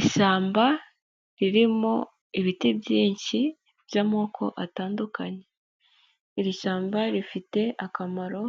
Ishyamba ririmo ibiti byinshi by'amoko atandukanye, iri shyamba rifite akamaro